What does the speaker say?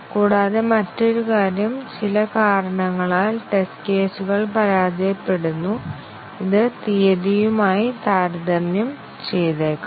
കൂടാതെ മറ്റൊരു കാര്യം ചില കാരണങ്ങളാൽ ടെസ്റ്റ് കേസുകൾ പരാജയപ്പെടുന്നു ഇത് തീയതിയുമായി താരതമ്യം ചെയ്തേക്കാം